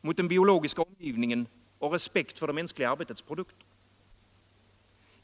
mot den biologiska omgivningen och respekt för det mänskliga arbetetets produkter.